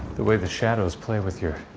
the way the shadows play with your,